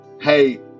Hey